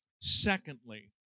Secondly